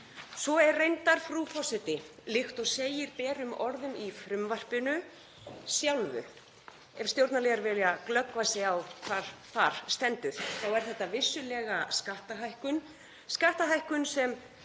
Svo er reyndar, frú forseti. Líkt og segir berum orðum í frumvarpinu sjálfu, ef stjórnarliðar vilja glöggva sig á hvað þar stendur, þá er þetta vissulega skattahækkun,